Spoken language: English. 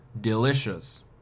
Delicious